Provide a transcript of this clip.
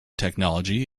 technology